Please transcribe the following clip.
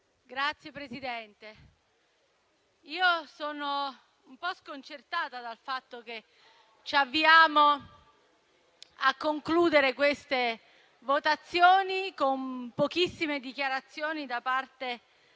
Signor Presidente, sono un po' sconcertata dal fatto che ci avviamo a concludere queste votazioni con pochissime dichiarazioni da parte dei